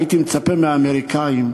הייתי מצפה מהאמריקנים: